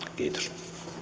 kiitos